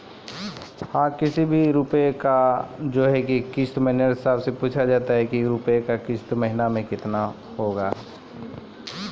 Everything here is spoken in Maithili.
मैनेजर साहब महीना रो किस्त कितना हुवै छै